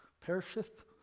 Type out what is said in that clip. perisheth